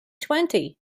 twenty